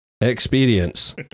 experience